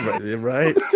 right